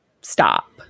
stop